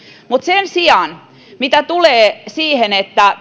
mutta sen sijaan mitä tulee siihen että